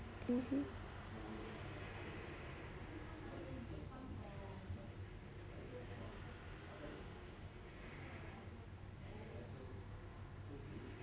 mmhmm